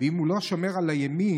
אם הוא לא שומר על השבת,